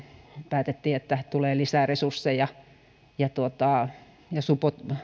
päätettiin että tulee lisää resursseja supolle